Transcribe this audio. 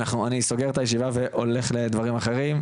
אני סוגר את הישיבה והולך לדברים אחרים,